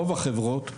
רוב החברות,